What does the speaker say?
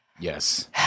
Yes